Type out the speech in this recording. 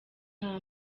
nta